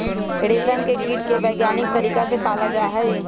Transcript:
रेशम के कीट के वैज्ञानिक तरीका से पाला जाहई